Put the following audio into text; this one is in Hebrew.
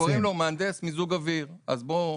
שקוראים לו מהנדס מיזוג אוויר, אז בואו.